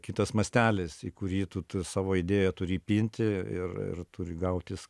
kitas mastelis į kurį tu tu savo idėją turi įpinti ir ir turi gautis